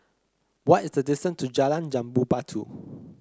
what is the distance to Jalan Jambu Batu